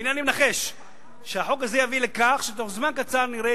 והנה אני מנחש שהחוק הזה יביא לכך שתוך זמן קצר נראה